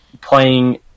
playing